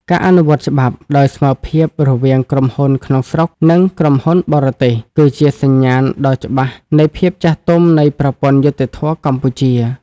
ការអនុវត្តច្បាប់ដោយស្មើភាពរវាងក្រុមហ៊ុនក្នុងស្រុក និងក្រុមហ៊ុនបរទេស គឺជាសញ្ញាណដ៏ច្បាស់នៃភាពចាស់ទុំនៃប្រព័ន្ធយុត្តិធម៌កម្ពុជា។